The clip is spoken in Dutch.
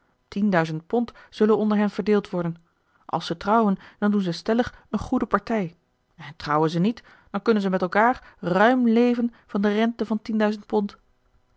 tienduizend pond zullen onder hen verdeeld worden als ze trouwen dan doen ze stellig een goede partij en trouwen ze niet dan kunnen ze met elkaar ruim leven van de rente van tienduizend pond